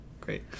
great